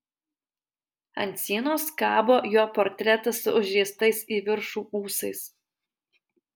ant sienos kabo jo portretas su užriestais į viršų ūsais